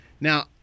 Now